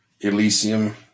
Elysium